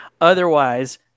Otherwise